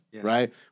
right